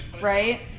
Right